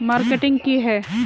Marketing की है?